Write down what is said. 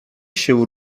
się